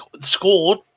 scored